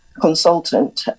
consultant